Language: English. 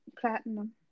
platinum